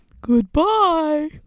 Goodbye